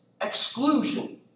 exclusion